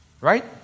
Right